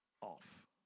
off